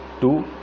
two